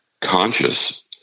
conscious